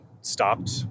stopped